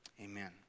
amen